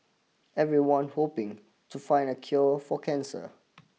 everyone hoping to find a cure for cancer